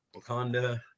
Wakanda